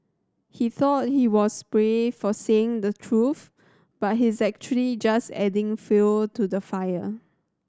he thought he was brave for saying the truth but he's actually just adding fuel to the fire